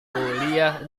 kuliah